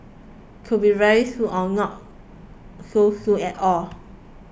could be very soon or not so soon at all